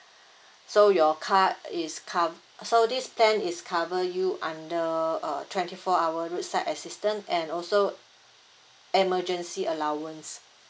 so your car is co~ so this plan is cover you under err twenty four hour roadside assistant and also emergency allowance